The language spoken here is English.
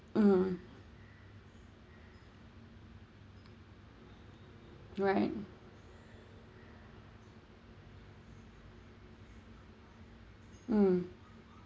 mm right mm